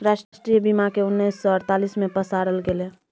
राष्ट्रीय बीमाक केँ उन्नैस सय अड़तालीस मे पसारल गेलै